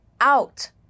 out